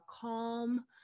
calm